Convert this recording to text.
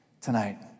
tonight